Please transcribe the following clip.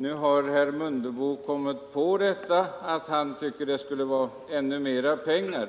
Nu har herr Mundebo kommit på att det skulle anslås ännu mera pengar.